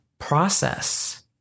process